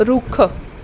ਰੁੱਖ